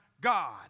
God